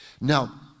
now